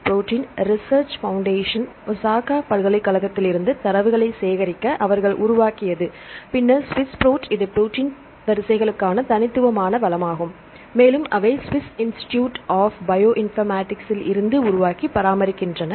protein research foundation Osaka பல்கலைக்கழகத்தில் இருந்து தரவுகளை சேகரிக்க அவர்கள் உருவாக்கியது பின்னர் ஸ்விஸ் புரோட் இது ப்ரோடீன் வரிசைகளுக்கான தனித்துவமான வளமாகும் மேலும் அவை சுவிஸ் இன்ஸ்டிடியூட் ஆப் பயோ இன்ஃபர்மேட்டிக்ஸில் இருந்து உருவாக்கி பராமரிக்கின்றன